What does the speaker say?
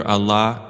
Allah